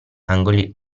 angoli